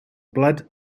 blood